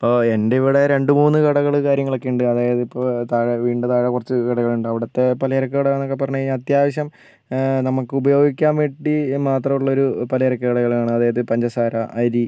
ഇപ്പോൾ എന്റെ ഇവിടെ രണ്ട് മൂന്ന് കടകൾ കാര്യങ്ങളൊക്കെ ഉണ്ട് അതായത് ഇപ്പോൾ താഴെ വീടിൻ്റെ താഴെ കുറച്ച് കടകൾ ഉണ്ട് അവിടുത്തെ പലചരക്ക് കട എന്നൊക്കെ പറഞ്ഞുകഴിഞ്ഞാൽ അത്യാവശ്യം നമുക്ക് ഉപയോഗിക്കാൻ വേണ്ടി മാത്രം ഉള്ളൊരു പലചരക്ക് കടകളാണ് അതായത് പഞ്ചസാര അരി